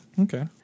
Okay